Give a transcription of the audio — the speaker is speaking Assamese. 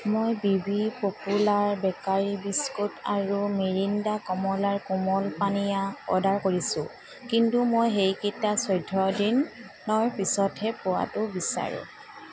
মই বিবি পপুলাৰ বেকাৰী বিস্কুট আৰু মিৰিণ্ডা কমলাৰ কোমল পানীয়া অৰ্ডাৰ কৰিছোঁ কিন্তু মই সেইকেইটা চৈধ্য দিনৰ পিছতহে পোৱাটো বিচাৰোঁ